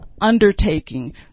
undertaking